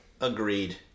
Agreed